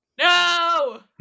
no